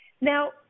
Now